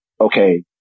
okay